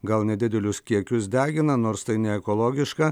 gal nedidelius kiekius degina nors tai neekologiška